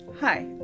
hi